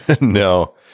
No